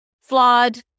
flawed